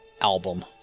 album